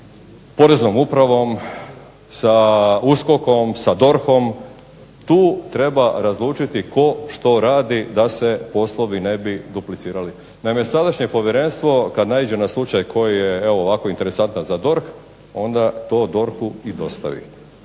sa Poreznom upravom, sa USKOK-om, sa DORH-om. Tu treba razlučiti tko što radi da se poslovi ne bi duplicirali. Naime, sadašnje povjerenstvo kad naiđe na slučaj koji je evo ovako interesantan za DORH onda to DORH-u i dostavi.